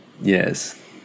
Yes